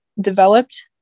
developed